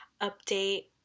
update